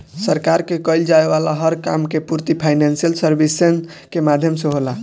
सरकार के कईल जाये वाला हर काम के पूर्ति फाइनेंशियल सर्विसेज के माध्यम से होला